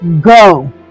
go